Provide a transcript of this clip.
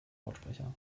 lautsprecher